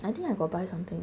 I think I got buy something